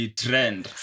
trend